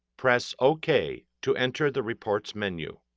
press ok to enter the reports menu.